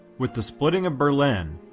with the splitting of berlin,